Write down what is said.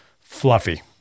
fluffy